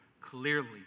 Clearly